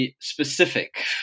specific